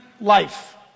life